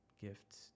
gifts